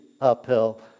uphill